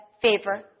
favor